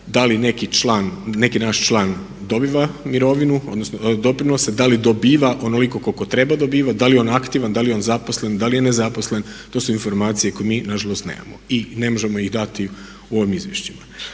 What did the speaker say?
da li neki naš član dobiva mirovinu, odnosno doprinose, da li dobiva onoliko koliko treba dobivati, da li je on aktivan, da li je on zaposlen, da li je ne zaposlen, to su informacije koje mi nažalost nemamo i ne možemo ih dati u ovim izvješćima.